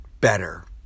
better